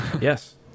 yes